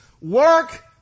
work